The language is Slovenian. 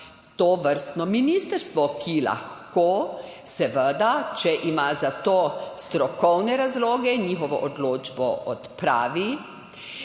tovrstno ministrstvo, ki lahko seveda če ima za to strokovne razloge, njihovo odločbo odpravi,